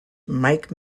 mike